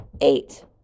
Eight